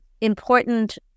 important